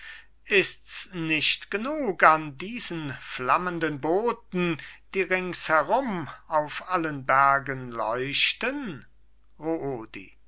ist's nicht genug an diesen flammenden boten die ringsherum auf allen bergen leuchten